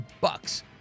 bucks